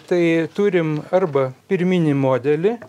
tai turim arba pirminį modelį